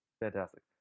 fantastic